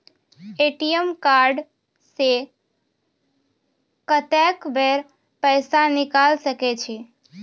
ATM card से कत्तेक बेर पैसा निकाल सके छी?